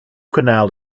canal